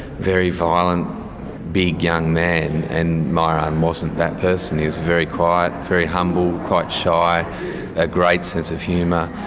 very violent big young man, and myuran wasn't that person, he was very quiet, very humble, quite shy, a great sense of humour,